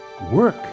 work